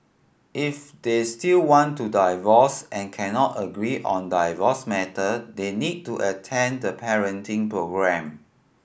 if they still want to divorce and cannot agree on divorce matter they need to attend the parenting programme